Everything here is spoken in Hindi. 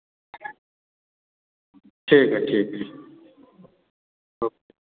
ठीक है ठीक